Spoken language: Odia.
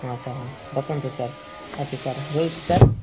ହଁ ସାର୍ ହଁ ବସନ୍ତୁ ସାର୍ ଓ କେ ସାର୍ ରହୁଛି ସାର୍